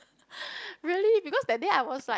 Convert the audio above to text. really because that day I was like